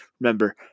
Remember